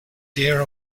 dear